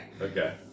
Okay